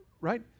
Right